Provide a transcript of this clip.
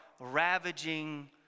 ravaging